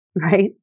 right